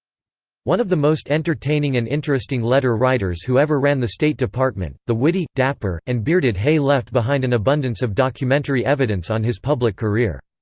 one of the most entertaining and interesting letter writers who ever ran the state department, the witty, dapper, and bearded hay left behind an abundance of documentary evidence on his public career.